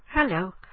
Hello